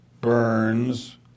Burns